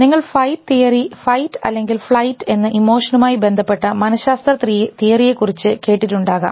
നിങ്ങൾ ഫൈറ്റ് അല്ലെങ്കിൽ ഫ്ലൈറ്റ് എന്ന ഇമോഷനുമായി ബന്ധപ്പെട്ട മനശാസ്ത്ര തിയറിയെ കുറിച്ച് കേട്ടിട്ട് ഉണ്ടാകാം